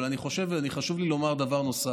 אבל חשוב לי לומר דבר נוסף: